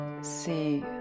see